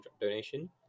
donation